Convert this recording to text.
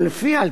ולפיה,